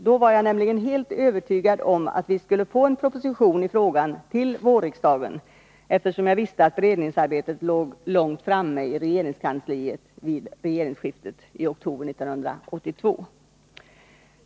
Då var jag nämligen helt övertygad om att vi skulle få en proposition i frågan till vårriksdagen, eftersom jag visste att beredningsarbetet i regeringskansliet låg långt framme vid regeringsskiftet i oktober 1982.